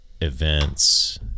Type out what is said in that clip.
events